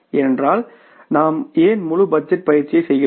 ஏனென்றால் நாம் ஏன் முழு பட்ஜெட் பயிற்சியை செய்கிறோம்